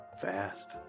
fast